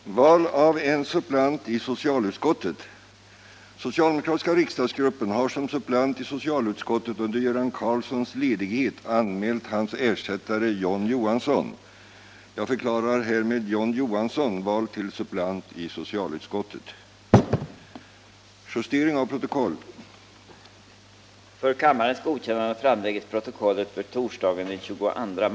En svensk opera har urpremiär i Stockholm nästa vecka. Enligt förhandsuppgifter ”våldtas jungfru Maria på Operan”. Den svenska kristenheten upprörs av den hädelse stycket innebär, och Vatikanen har framfört sin protest mot operaverket. Maria är Guds sons moder, och hela kristenheten vänder sig mot den råhet som inte ryggar tillbaka för angrepp på det heliga.